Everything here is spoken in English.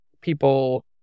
people